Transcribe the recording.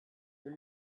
vom